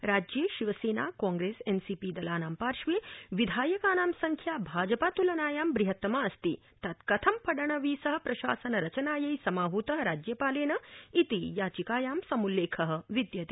राज्ये Shiv Sena Congress N C P दलानां पार्श्वे विधायकानां संख्या भाजपातुलनायां बृहत्तमा अस्ति तत्कथं फडणवीस प्रशासनरचनायै समाहूत राज्यपालेन इति याचिकायां समुल्लेख विद्यते